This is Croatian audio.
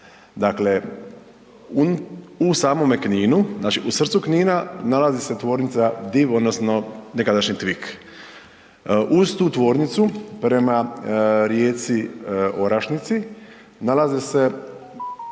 Dakle, u samome Kninu, znači u srcu Knina nalazi se tvornica DIV odnosno nekadašnji TVIK. Uz tu tvornicu prema rijeci Orašnici nalaze se